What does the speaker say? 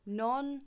non